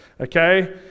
Okay